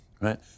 right